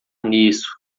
nisso